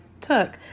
took